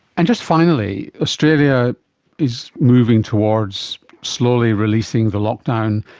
and just finally, australia is moving towards slowly releasing the lockdown,